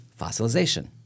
fossilization